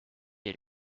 elle